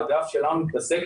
אם נסתכל